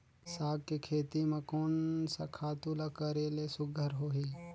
साग के खेती म कोन स खातु ल करेले सुघ्घर होही?